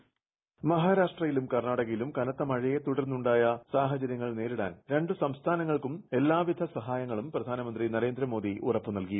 voice മഹാരാഷ്ട്രയിലും കർണാടകയിലും കനത്ത മഴയെ തുടർന്നുണ്ടായ സാഹചരൃങ്ങൾ നേരിടാൻ രണ്ടു സംസ്ഥാനങ്ങൾക്കും എല്ലാവിധ സഹായങ്ങളും പ്രധാനമന്ത്രി നരേന്ദ്രമോദി ഉറപ്പുനൽകി